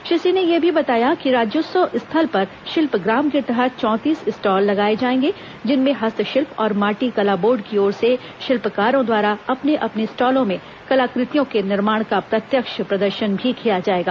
श्री सिंह ने यह भी बताया कि राज्योत्सव स्थल पर शिल्पग्राम के तहत चौंतीस स्टॉल लगाए जाएंगे जिनमें हस्तशिल्प और माटी कला बोर्ड की ओर से शिल्पकारों द्वारा अपने अपने स्टॉलों में कलाकृतियों के निर्माण का प्रत्यक्ष प्रदर्शन भी किया जाएगा